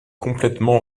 complètement